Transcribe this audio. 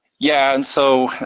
yeah, and so,